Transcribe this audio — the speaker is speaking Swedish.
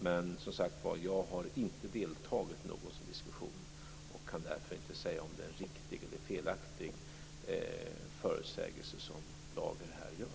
Men, som sagt var, jag har inte deltagit i någon sådan diskussion och kan därför inte säga om det är en riktig eller felaktig förutsägelse som Lager här gör.